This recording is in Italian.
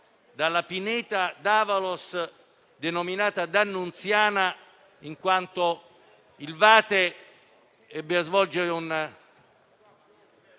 dalla pineta D'Avalos, denominata dannunziana in quanto il Vate ebbe a comporre una